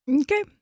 Okay